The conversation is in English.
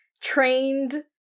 trained